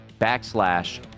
backslash